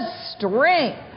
strength